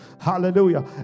hallelujah